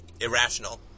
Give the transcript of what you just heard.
irrational